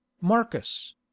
Marcus